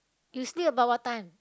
you sleep about what time